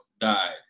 died